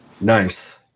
Nice